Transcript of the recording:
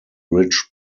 rich